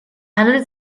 handelt